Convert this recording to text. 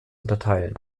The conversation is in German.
unterteilen